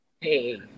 hey